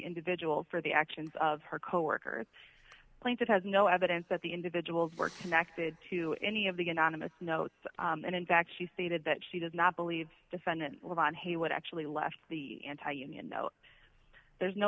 individual for the actions of her coworkers claims it has no evidence that the individuals were connected to any of the anonymous notes and in fact she stated that she does not believe defendant was on hey what actually left the anti union no there's no